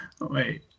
Wait